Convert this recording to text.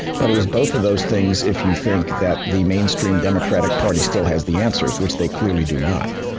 but it was both of those things if you think that the mainstream democratic party still has the answers, which they clearly do not.